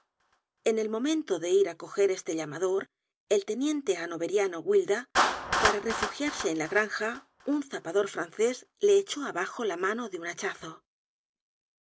en el momento de ir á coger este llamador el teniente hannoveriano wilda para refugiarse en la granja un zapador francés le echó abajo la mano de un hachazo